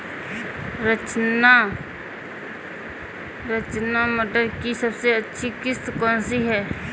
रचना मटर की सबसे अच्छी किश्त कौन सी है?